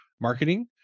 marketing